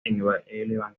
evangelio